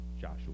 Joshua